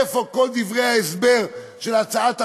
איפה כל דברי ההסבר של הצעת החוק,